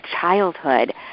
childhood